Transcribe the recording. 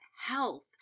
health